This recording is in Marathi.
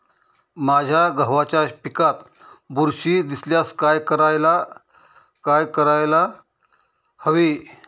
माझ्या गव्हाच्या पिकात बुरशी दिसल्यास काय करायला हवे?